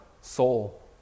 soul